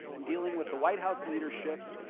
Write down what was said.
i'm dealing with the white house leadership.